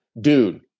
dude